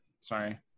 Sorry